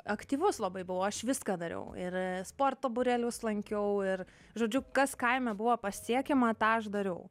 aktyvus labai buvau aš viską dariau ir sporto būrelius lankiau ir žodžiu kas kaime buvo pasiekiama tą aš dariau